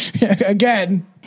Again